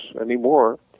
anymore